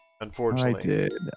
unfortunately